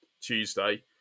Tuesday